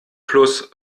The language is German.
plus